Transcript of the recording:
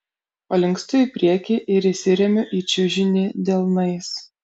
palinkstu į priekį ir įsiremiu į čiužinį delnais